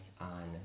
on